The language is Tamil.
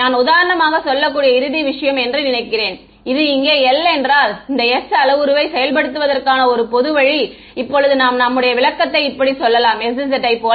நான் உதாரணமாக சொல்லக்கூடிய இறுதி விஷயம் என்று நினைக்கிறேன் இது இங்கே L ஏனென்றால் இந்த S அளவுருவை செயல்படுத்துவதற்கான ஒரு பொதுவான வழி இப்போது நாம் நம்முடைய விளக்கத்தை இப்படி சொல்லலாம் sz யை போல